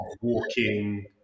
walking